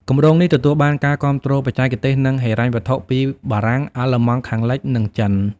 គម្រោងនេះទទួលបានការគាំទ្របច្ចេកទេស និងហិរញ្ញវត្ថុពីបារាំង អាល្លឺម៉ង់ខាងលិច និងចិន។